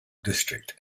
district